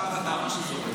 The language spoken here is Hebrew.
תבחר אתה, מה שזורם.